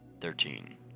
thirteen